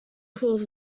cause